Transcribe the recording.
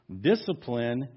Discipline